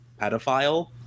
pedophile